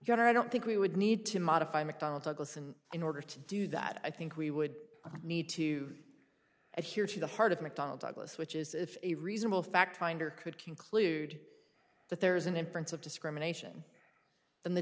judgment yet i don't think we would need to modify mcdonnell douglas and in order to do that i think we would need to adhere to the heart of mcdonnell douglas which is if a reasonable fact finder could conclude that there is an inference of discrimination in the